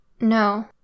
No